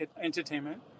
Entertainment